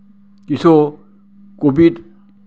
কিছু কবিতা